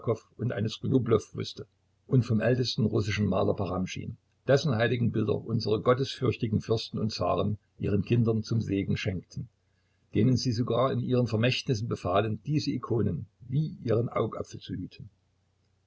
und eines rubljow wußte und vom ältesten russischen maler paramschin dessen heiligenbilder unsere gottesfürchtigen fürsten und zaren ihren kindern zum segen schenkten denen sie sogar in ihren vermächtnissen befahlen diese ikonen wie ihren augapfel zu hüten